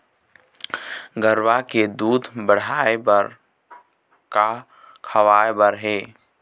गरवा के दूध बढ़ाये बर का खवाए बर हे?